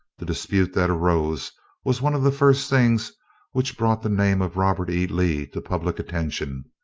the dispute that arose was one of the first things which brought the name of robert e. lee to public attention.